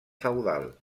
feudal